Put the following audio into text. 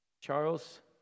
Charles